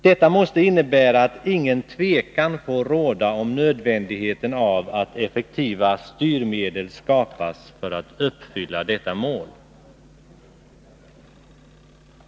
Det måste innebära att inget tvivel får råda om nödvändigheten av att effektiva styrmedel skapas för att uppfylla detta mål.